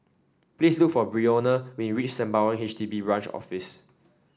please look for Brionna when you reach Sembawang H D B Branch Office